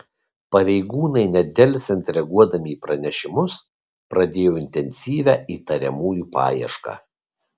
pareigūnai nedelsiant reaguodami į pranešimus pradėjo intensyvią įtariamųjų paiešką